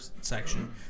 section